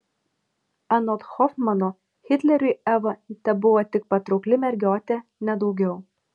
anot hofmano hitleriui eva tebuvo tik patraukli mergiotė ne daugiau